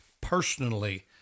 personally